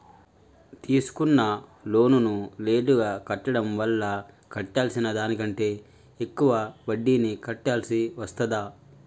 తీసుకున్న లోనును లేటుగా కట్టడం వల్ల కట్టాల్సిన దానికంటే ఎక్కువ వడ్డీని కట్టాల్సి వస్తదా?